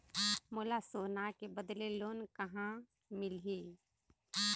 मोला सोना के बदले लोन कहां मिलही?